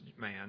man